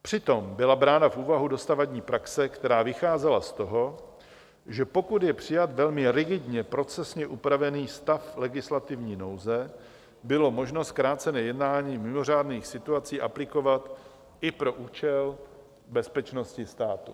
Přitom byla brána v úvahu dosavadní praxe, která vycházela z toho, že pokud je přijat velmi rigidně procesně upravený stav legislativní nouze, bylo možno zkrácené jednání v mimořádných situacích aplikovat i pro účel bezpečnosti státu.